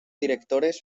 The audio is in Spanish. directores